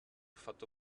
fatto